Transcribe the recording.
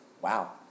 wow